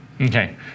Okay